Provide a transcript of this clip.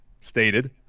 stated